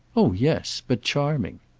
oh yes. but charming.